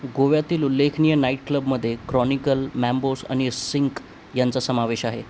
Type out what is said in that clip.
गोव्यातील उल्लेखनीय नाईटक्लबमध्ये क्रॉनिकल मॅम्बोस आणि सिंक यांचा समावेश आहे